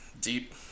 Deep